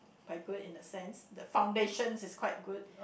by good in the sense the foundation is quite good